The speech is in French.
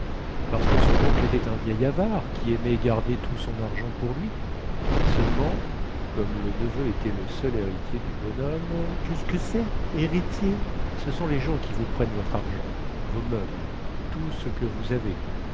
parce que son oncle était un vieil avare qui aimait garder tout son argent pour lui seulement comme le neveu était le seul héritier du bonhomme quest ce que cest héritier ce sont les gens qui vous prennent votre argent vos meubles tout ce que vous avez